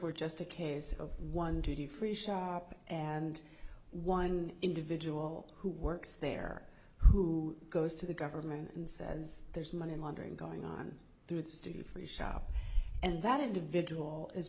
were just a case of one to two free shopping and one individual who works there who goes to the government and says there's money laundering going on through it's to free shop and that individual is